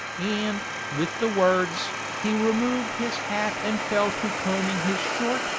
and, with the words, he removed his hat and fell to combing his short,